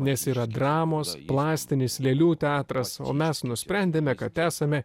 nes yra dramos plastinis lėlių teatras o mes nusprendėme kad esame